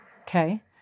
Okay